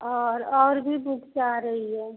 और और भी बुक चाह रही है